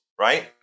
right